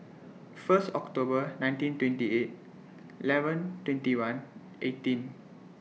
First October nineteen twenty eight eleven twenty one eighteen